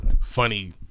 funny